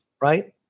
Right